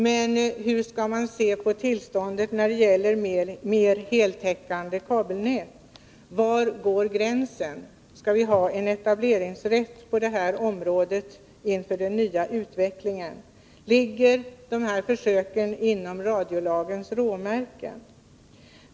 Men hur skall man se på ett tillstånd när det gäller ett mer heltäckande kabelnät? Var går gränsen? Skall vi ha etableringsrätt på det här området inför den nya utvecklingen? Ligger de här försöken inom radiolagens råmärken?